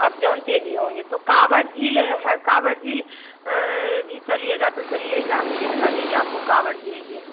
आप जानते भी होंगे तो कांवड़ झील है कांवड़ झील भी चलिएगा तो चलिएगा हम दिखा देंगे आपको कांवड़ झील भी